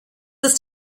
ist